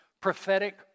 Prophetic